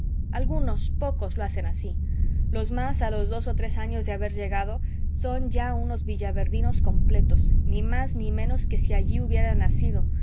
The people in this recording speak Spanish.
algunos pocos lo hacen así los más a los dos o tres años de haber llegado son ya unos villaverdinos completos ni más ni menos que si allí hubieran nacido